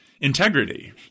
integrity